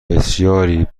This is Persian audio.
بسیاری